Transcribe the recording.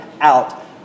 out